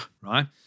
right